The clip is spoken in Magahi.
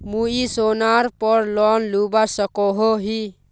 मुई सोनार पोर लोन लुबा सकोहो ही?